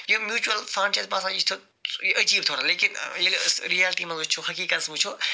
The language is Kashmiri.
یِم میوٗچول فنٛڈ چھُ اَسہِ باسان یہِ چھُ عجیب تھوڑا لیکن ییٚلہِ أسۍ رِیلٹی منٛز وٕچھو حقیٖقتس وٕچھو